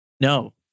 no